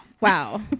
Wow